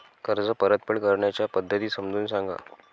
कर्ज परतफेड करण्याच्या पद्धती समजून सांगा